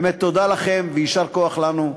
באמת תודה לכם, ויישר כוח לנו.